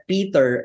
Peter